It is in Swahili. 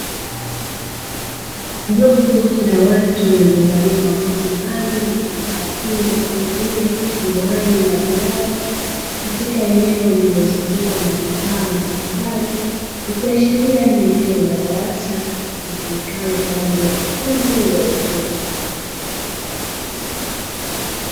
Jopo la watu walio valia mavazi maalumu na vifaa kinga kama vile miwani na glovu, katika eneo lililozungukwa na vifaa mbalimbali ikiashiria ni eneo la darasa litumikalo kwaajili ya mafunzo ya ufundi.